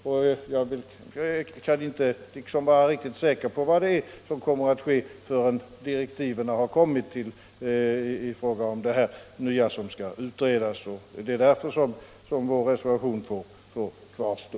Jag kan därför inte känna mig säker på vad som kommer att ske förrän direktiven har kommit i fråga om detta nya som skall utredas. Det är därför som vår reservation får kvarstå.